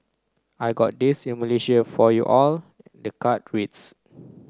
I got this in Malaysia for you all the card reads